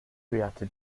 reacted